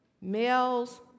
males